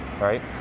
right